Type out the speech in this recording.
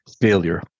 failure